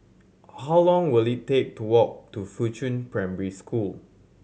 how long will it take to walk to Fuchun Primary School